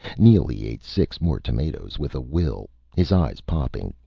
neely ate six more tomatoes with a will, his eyes popping,